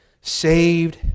saved